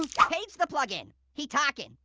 um page the plugin. he talkin.